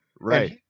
Right